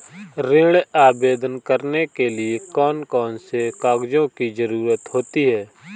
ऋण आवेदन करने के लिए कौन कौन से कागजों की जरूरत होती है?